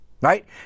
right